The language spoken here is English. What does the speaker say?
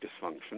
dysfunction